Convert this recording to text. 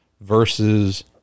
versus